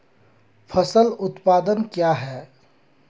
फसल उत्पादन क्या है?